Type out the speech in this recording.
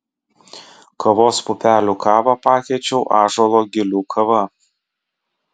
kavos pupelių kavą pakeičiau ąžuolo gilių kava